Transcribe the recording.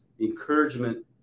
Encouragement